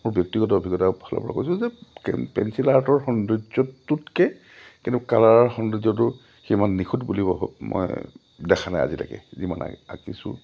মোৰ ব্যক্তিগত অভিজ্ঞতাৰ ফালৰপৰা কৈছোঁ যে পেঞ্চিল আৰ্টৰ সৌন্দৰ্যটোতকৈ কিন্তু কালাৰৰ সৌন্দৰ্যটো সিমান নিখুট বুলিব মই দেখা নাই আজিলৈকে যিমান আঁকিছোঁ